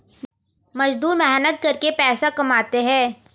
मजदूर मेहनत करके पैसा कमाते है